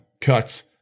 cuts